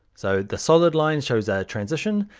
so the solid line shows our transition,